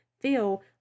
feel